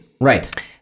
Right